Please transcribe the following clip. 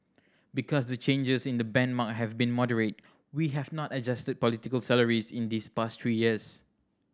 because the changes in the benchmark have been moderate we have not adjusted political salaries in these past three years